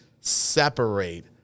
separate